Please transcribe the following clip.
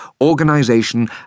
organization